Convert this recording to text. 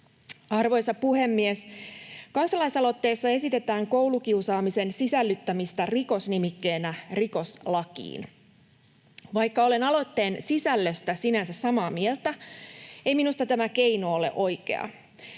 Arvoisa puhemies! Kansalaisaloitteessa esitetään koulukiusaamisen sisällyttämistä rikosnimikkeenä rikoslakiin. Vaikka olen aloitteen sisällöstä sinänsä samaa mieltä, ei minusta tämä keino ole oikea.